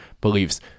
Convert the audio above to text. beliefs